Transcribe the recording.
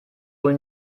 wohl